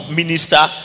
minister